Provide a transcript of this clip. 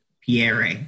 Pierre